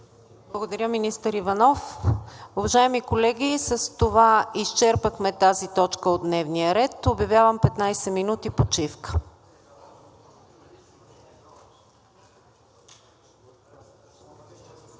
Благодаря, министър Иванов. Уважаеми колеги, с това изчерпахме тази точка от дневния ред. Обявявам 15 минути почивка. (След